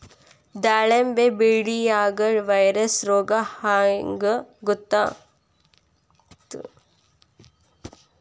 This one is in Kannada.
ದಾಳಿಂಬಿ ಬೆಳಿಯಾಗ ವೈರಸ್ ರೋಗ ಹ್ಯಾಂಗ ಗೊತ್ತಾಕ್ಕತ್ರೇ?